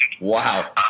Wow